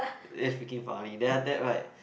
damn freaking funny then after that right